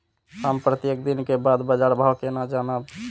हम प्रत्येक दिन के बाद बाजार भाव केना जानब?